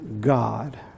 God